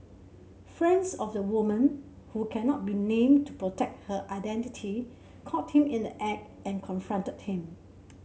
friends of the woman who cannot be named to protect her identity caught him in the act and confronted him